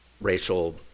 racial